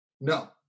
No